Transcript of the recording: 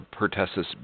pertussis